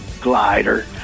Glider